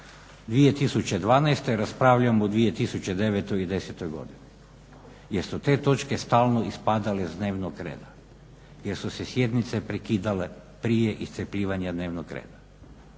2012. raspravljamo 2009. i 2010. godinu jer su te točke stalno ispadale s dnevnog reda jer su se sjednice prekidale prije iscrpljivanja dnevnog reda.